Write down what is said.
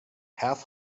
half